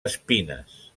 espines